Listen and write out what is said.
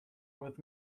with